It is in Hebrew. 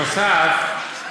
נוסף על כך,